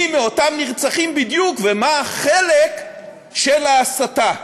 מי מאותם נרצחים בדיוק ומה החלק של ההסתה.